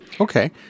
Okay